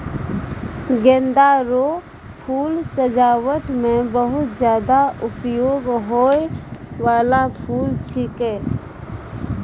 गेंदा रो फूल सजाबट मे बहुत ज्यादा उपयोग होय बाला फूल छिकै